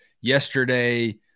yesterday